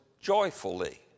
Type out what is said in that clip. joyfully